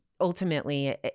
ultimately